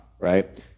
right